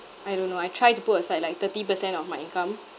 I don't know I try to put aside like thirty percent of my income